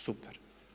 Super.